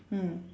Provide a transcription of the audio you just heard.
mm